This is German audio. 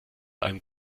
einem